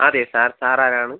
അതെ sir sir ആരാണ്